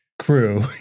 crew